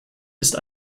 ist